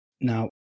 Now